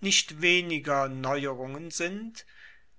nicht weniger neuerungen sind